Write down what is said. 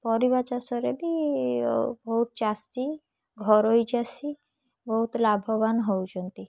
ପରିବା ଚାଷରେ ବି ବହୁତ ଚାଷୀ ଘରୋଇ ଚାଷୀ ବହୁତ ଲାଭବାନ ହେଉଛନ୍ତି